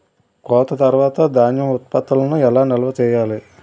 కోత తర్వాత ధాన్యం ఉత్పత్తులను ఎలా నిల్వ చేయాలి?